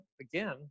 again